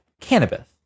cannabis